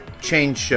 change